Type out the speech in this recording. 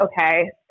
Okay